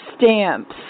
stamps